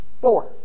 Four